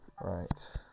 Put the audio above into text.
Right